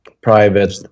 private